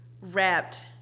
wrapped